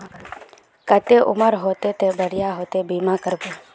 केते उम्र होते ते बढ़िया होते बीमा करबे में?